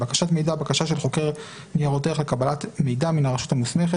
"בקשת מידע" - בקשה של חוקר ניירות ערך לקבלת מידע מן הרשות המוסמכת